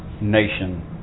nation